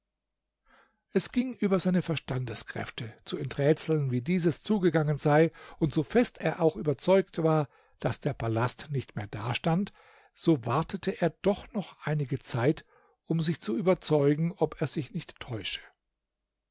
es ging über seine verstandeskräfte zu enträtseln wie dies zugegangen sei und so fest er auch überzeugt war daß der palast nicht mehr dastand so wartete er doch noch einige zeit um sich zu überzeugen ob er sich nicht täusche